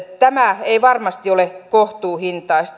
tämä ei varmasti ole kohtuuhintaista